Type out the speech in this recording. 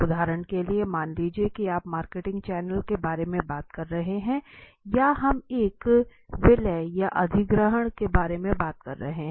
उदाहरण के लिए मान लीजिए कि आप मार्केटिंग चैनल के बारे में बात कर रहे हैं या हम एक विलय या अधिग्रहण के बारे में बात कर रहे हैं